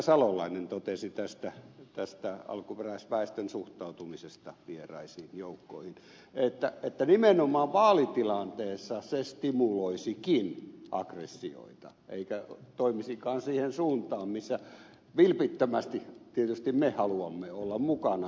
salolainen totesi tästä alkuperäisväestön suhtautumisesta vieraisiin joukkoihin että nimenomaan vaalitilanteessa se stimuloisikin aggressioita eikä toimisikaan siihen suuntaan missä vilpittömästi tietysti me haluamme olla mukana